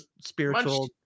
spiritual